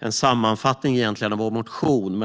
en sammanfattning av vår motion.